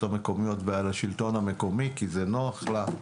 המקומיות ועל השלטון המקומי כי זה נוח לה.